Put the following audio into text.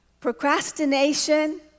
Procrastination